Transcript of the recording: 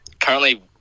Currently